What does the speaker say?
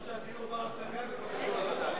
כמו שדיור בר-השגה לא קשור לווד"לים.